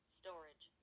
storage